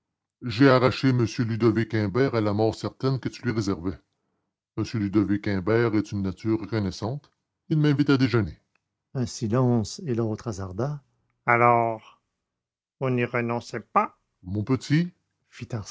j'ai arraché m ludovic imbert à la mort certaine que tu lui réservais m ludovic imbert est une nature reconnaissante il m'invite à déjeuner un silence et l'autre hasarda alors vous n'y renoncez pas mon petit